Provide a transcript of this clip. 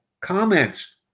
comments